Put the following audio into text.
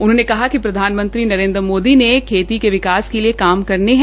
उन्होंने कहा कि प्रधानमंत्री नरेन्द्र मोदी ने खेती के विकास के लिए काम करने है